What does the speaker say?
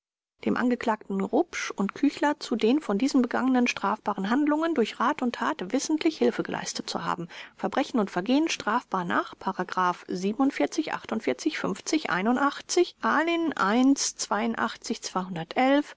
dem angeklagten rupsch und küchler zu den von diesen begangenen strafbaren handlungen durch rat und tat wissentlich hilfe geleistet zu haben verbrechen und vergehen strafbar nach ali